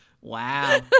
Wow